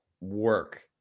work